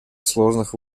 сложных